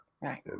right